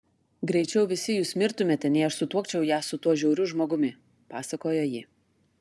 greičiau visi jūs mirtumėte nei aš sutuokčiau ją su tuo žiauriu žmogumi pasakojo ji